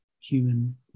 human